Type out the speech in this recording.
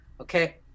okay